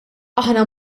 aħna